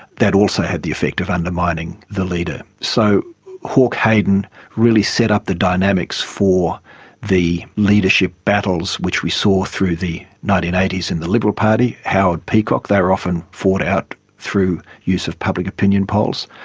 that also had the effect of undermining the leader. so hawke hayden really set up the dynamics for the leadership battles which we saw through the nineteen eighty s in the liberal party, howard peacock, they were often fought out through use of public opinion polls.